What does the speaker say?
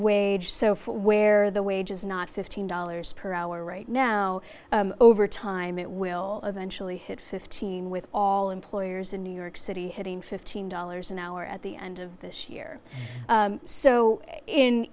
wage so where the wage is not fifteen dollars per hour right now over time it will eventually hit fifteen with all employers in new york city hitting fifteen dollars an hour at the end of this year so in